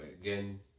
again